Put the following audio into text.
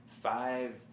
five